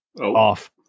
off